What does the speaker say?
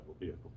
vehicle